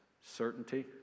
certainty